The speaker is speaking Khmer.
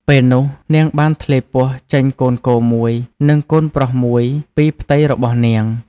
ពេលនោះនាងបានធ្លាយពោះចេញកូនគោមួយនិងកូនប្រុសមួយពីផ្ទៃរបស់នាង ។